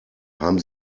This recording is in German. haben